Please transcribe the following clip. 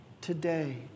today